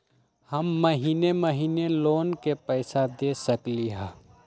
हम महिने महिने लोन के पैसा दे सकली ह?